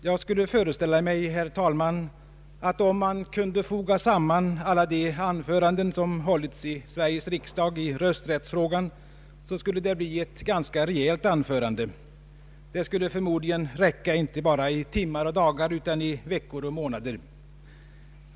Herr talman! Jag skulle föreställa mig att om man kunde foga samman alla de anföranden som i den svenska riksdagen hållits i rösträttsfrågan så skulle det bli ett ganska rejält anförande. Det skulle förmodligen räcka inte bara i timmar och dagar utan i veckor och månader.